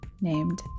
named